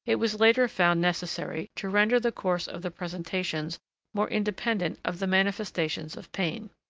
it was later found necessary to render the course of the presentations more independent of the manifestations of pain.